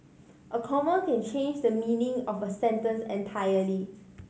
a comma can change the meaning of a sentence entirely